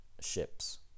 ships